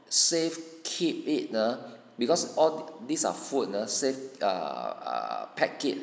safe keep it ah because all these are food ah se err uh packet